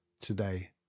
today